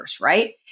right